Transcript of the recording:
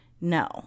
No